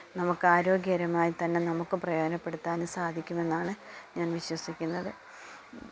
നമുക്കരോഗ്യകരമായി നമുക്ക് പ്രയോജനപ്പെടുത്താനും സാധിക്കുമെന്നാണ് ഞാൻ വിശ്വസിക്കുന്നത്